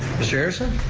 mr. harrison?